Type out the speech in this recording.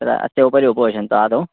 अत्र अस्य उपरि उपविशन्तु आदौ